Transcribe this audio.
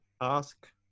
ask